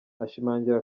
ashimangira